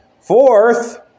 Fourth